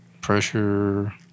Pressure